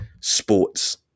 sports